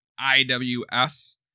IWS